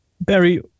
Barry